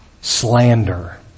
slander